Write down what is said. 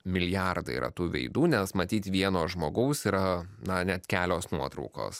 milijardai yra tų veidų nes matyt vieno žmogaus yra na net kelios nuotraukos